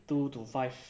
two to five